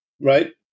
right